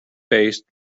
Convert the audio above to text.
based